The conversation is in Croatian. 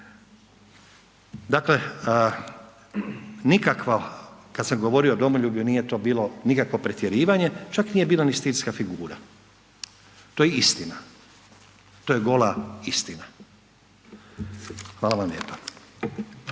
Dakle nikakvo, kad sam govorio o domoljublju nije to bilo nikakvi pretjerivanje, čak nije bila ni stilska figura. To je istina, to je gola istina. Hvala vam lijepa.